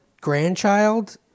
grandchild